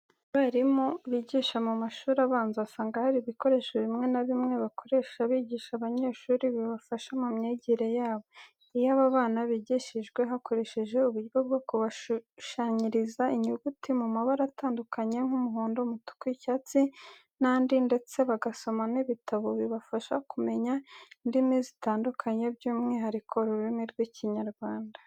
Abarimu bigisha mu mashuri abanza, usanga hari ibikoresho bimwe na bimwe bakoresha bigisha abanyeshuri bibafasha mu myigire yabo. Iyo aba bana bigishijwe hakoresheje uburyo bwo kubashushanyiriza inyuguti mu mabara atandukanye nk'umuhondo, umutuku, icyatsi n'andi ndetse bagasoma n'ibitabo, bibafasha kumenya indimi zitandukanye byumwihariko ururimi rw'Ikinyarwanda.